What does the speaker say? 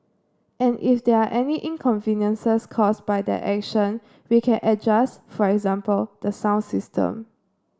and if there are any inconveniences caused by that action we can adjust for example the sound system